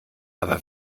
aber